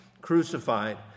crucified